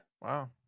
Wow